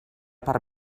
part